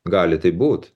gali taip būt